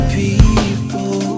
people